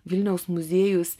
vilniaus muziejus